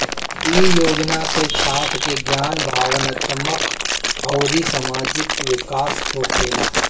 इ योजना से छात्र के ज्ञान, भावात्मक अउरी सामाजिक विकास होखेला